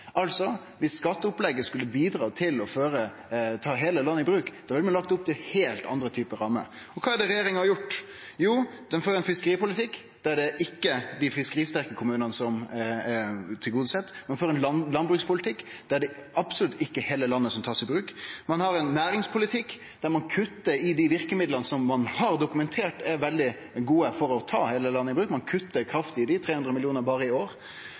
skatteopplegget skulle bidra til å ta heile landet i bruk, ville ein ha lagt opp til heilt andre typar rammer. Kva er det regjeringa har gjort? Jau, ho fører ein fiskeripolitikk der det ikkje er dei fiskeristerke kommunane som er tilgodesett, og ein fører ein landbrukspolitikk der det absolutt ikkje er heile landet som blir tatt i bruk. Ein har ein næringspolitikk der ein kuttar i dei verkemidlane som ein har dokumentert er veldig gode for å ta heile landet i bruk. Ein kuttar kraftig i dei – 300 mill. kr berre i år.